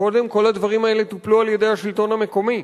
קודם, כל הדברים האלה טופלו על-ידי השלטון המקומי.